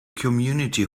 community